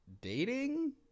dating